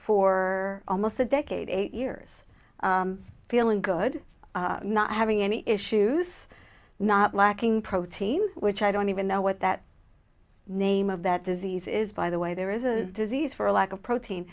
for almost a decade eight years feeling good not having any issues not lacking protein which i don't even know what that name of that disease is by the way there is a disease for a lack of protein